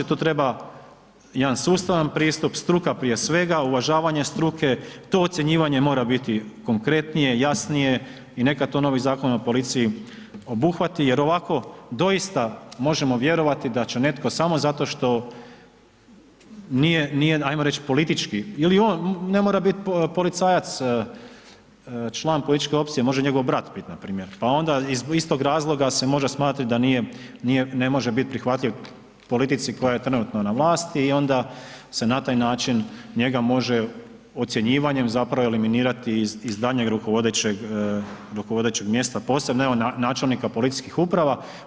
Tu treba jedan sustavan pristup, struka prije svega, uvažavanje struke, to ocjenjivanje mora biti konkretnije, jasnije i neka to novi Zakon o policiji obuhvati, jer ovako doista možemo vjerovati da će netko samo zato što nije, nije ajmo reć politički ili ne mora biti policajac član političke opcije, može njegov brat bit na primjer, pa onda iz istog razloga se može smatrati da nije, ne može prihvatljiv politici koja je trenutno na vlasti i onda se na taj način njega može ocjenjivanjem zapravo eliminirati iz daljnjeg rukovodećeg, rukovodećeg mjesta, posebno evo načelnika policijskih uprava.